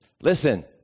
Listen